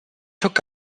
took